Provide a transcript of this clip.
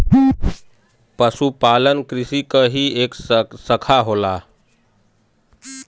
पशुपालन कृषि क ही एक साखा होला